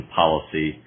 policy